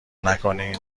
نکنین